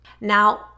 Now